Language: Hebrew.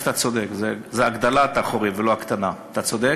אתה צודק, זה הגדלת החורים ולא הקטנה, אתה צודק.